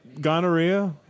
gonorrhea